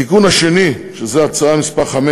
עוד התיקון, שזה סעיף 5